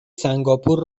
سنگاپور